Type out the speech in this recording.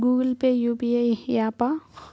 Google Pay UPI య్యాపా?